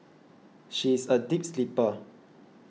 she is a deep sleeper